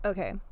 Okay